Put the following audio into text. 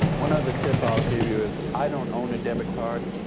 one other tip i'll give you is i don't own a debit card.